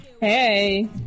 Hey